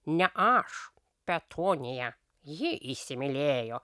ne aš petunija ji įsimylėjo